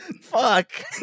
fuck